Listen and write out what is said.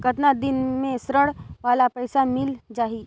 कतना दिन मे ऋण वाला पइसा मिल जाहि?